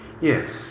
Yes